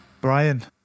Brian